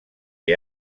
què